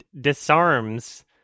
disarms